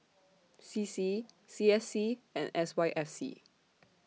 C C C S C and S Y F C